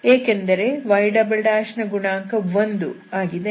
ಏಕೆಂದರೆ y ನ ಗುಣಾಂಕ 1 ಆಗಿದೆ